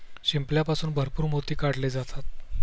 शिंपल्यापासून भरपूर मोती काढले जातात